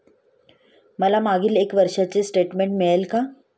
मला मागील एक वर्षाचे स्टेटमेंट मिळेल का?